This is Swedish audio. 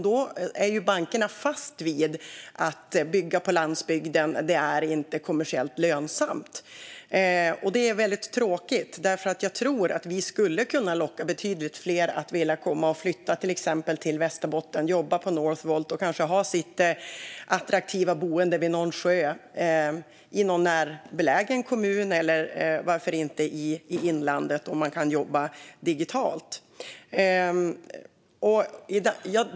Då är bankerna fast vid att det inte är kommersiellt lönsamt att bygga på landsbygden. Det är väldigt tråkigt, för jag tror att vi skulle kunna locka betydligt fler att flytta exempelvis till Västerbotten, jobba på Northvolt och kanske ha sitt attraktiva boende vid en sjö i någon närbelägen kommun eller varför inte i inlandet, om man kan jobba digitalt.